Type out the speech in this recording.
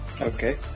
Okay